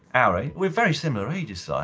our age, we're very similar ages, ah